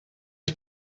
ich